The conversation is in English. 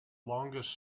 longest